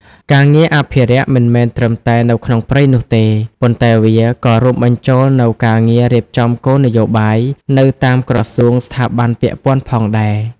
ការងារអភិរក្សមិនមែនត្រឹមតែនៅក្នុងព្រៃនោះទេ ប៉ុន្តែវាក៏រួមបញ្ចូលនូវការងាររៀបចំគោលនយោបាយនៅតាមក្រសួងស្ថាប័នពាក់ព័ន្ធផងដែរ។